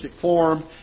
form